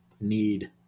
need